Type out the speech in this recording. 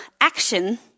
action